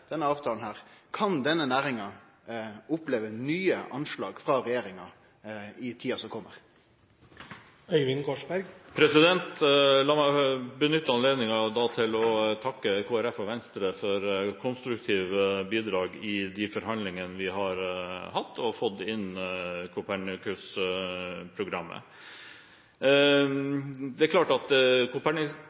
denne avtalen, er: Kan denne næringa oppleve nye anslag frå regjeringa i tida som kjem? La meg benytte anledningen til å takke Kristelig Folkeparti og Venstre for konstruktive bidrag i de forhandlingene vi har hatt, der vi har fått inn Copernicus-programmet. Det er klart at